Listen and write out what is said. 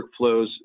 workflows